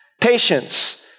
Patience